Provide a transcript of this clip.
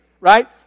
Right